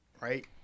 Right